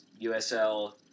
USL